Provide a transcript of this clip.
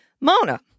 Mona